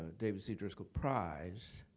david c. driskell prize.